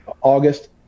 August